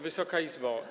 Wysoka Izbo!